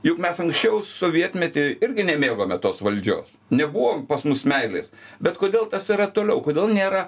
juk mes anksčiau sovietmety irgi nemėgome tos valdžios nebuvo pas mus meilės bet kodėl tas yra toliau kodėl nėra